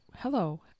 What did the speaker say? Hello